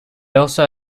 also